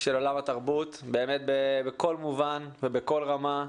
של עולם התרבות בכל מובן ובכל רמה,